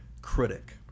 critic